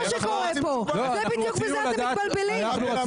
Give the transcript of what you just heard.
כאן אתם מתבלבלים.